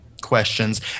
questions